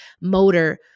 motor